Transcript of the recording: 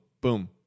boom